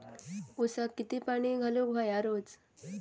ऊसाक किती पाणी घालूक व्हया रोज?